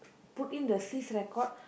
put in the cease record